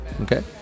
okay